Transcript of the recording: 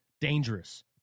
dangerous